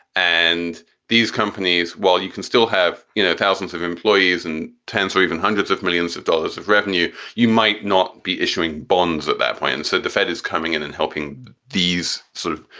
and these companies, while you can still have, you know, thousands of employees and tens or even hundreds of millions of dollars of revenue, you might not be issuing bonds at that point. and so the fed is coming in and helping these sort of,